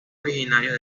originarios